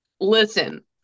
listen